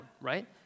right